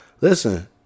Listen